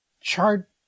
chart